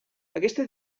aquesta